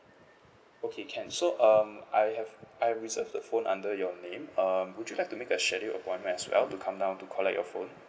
okay can so um I have I have reserved the phone under your name um would you like to make a schedule appointment as well to come down to collect your phone